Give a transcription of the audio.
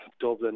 Dublin